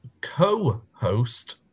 co-host